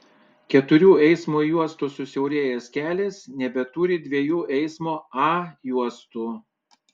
keturių eismo juostų susiaurėjęs kelias nebeturi dviejų eismo a juostų